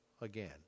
again